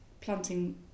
planting